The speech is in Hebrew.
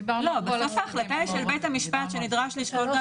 בסוף ההחלטה היא של בית המשפט שנדרש לשקול גם